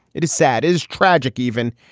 it is sad, is tragic even,